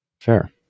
Fair